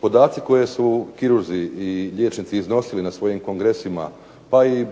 Podaci koje su kirurzi i liječnici iznosili na svojim kongresima pa i